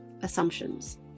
assumptions